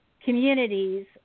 communities